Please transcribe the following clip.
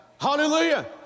hallelujah